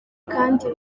kandi